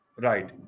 Right